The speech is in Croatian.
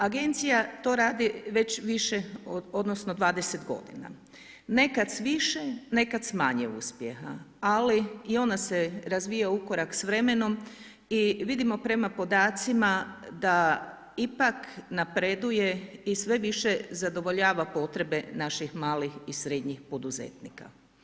Agencija to radi već više odnosno 20 g. Nekad s više, nekad s manje uspjeha ali i ona se razvija u korak s vremenom i vidimo prema podacima da ipak napreduje i sve više zadovoljava potrebe naših malih i srednjih poduzetnika.